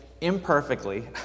imperfectly